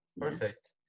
perfect